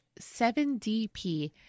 7DP